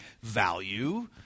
value